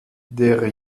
der